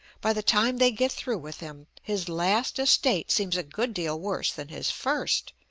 by the time they get through with him, his last estate seems a good deal worse than his first,